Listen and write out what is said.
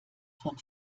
von